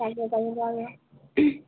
থাকিব পাৰিব আৰু